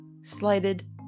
slighted